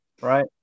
right